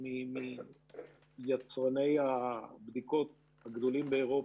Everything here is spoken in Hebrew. מיצרני הבדיקות הגדולים באירופה.